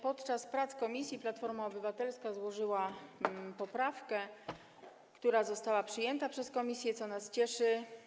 Podczas prac komisji Platforma Obywatelska złożyła poprawkę, która została przyjęta przez komisję, co nas cieszy.